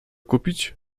kupić